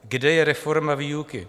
Kde je reforma výuky?